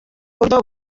buryo